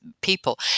people